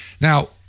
Now